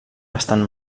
bastant